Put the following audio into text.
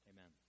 Amen